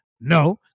No